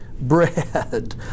bread